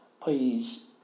please